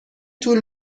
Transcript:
طول